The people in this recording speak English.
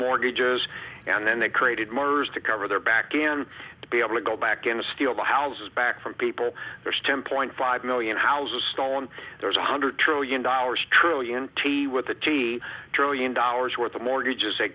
mortgages and then they created murders to cover their back and to be able to go back and steal the houses back from people there's ten point five million houses stolen there's one hundred trillion dollars trillion with a t trillion dollars worth of mortgages